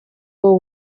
are